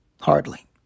Hardly